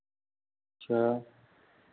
अच्छा